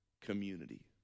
community